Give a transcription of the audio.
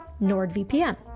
NordVPN